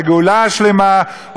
לגאולה השלמה,